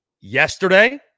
yesterday